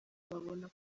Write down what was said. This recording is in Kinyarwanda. babona